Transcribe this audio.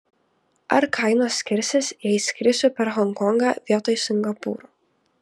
ar kainos skirsis jei skrisiu per honkongą vietoj singapūro